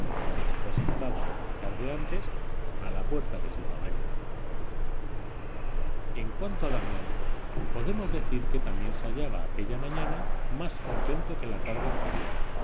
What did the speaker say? que dejó sentados la tarde antes a la puerta de su cabaña en cuanto a damián podemos decir que también se hallaba aquella mañana más contento que la tarde anterior